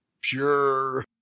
pure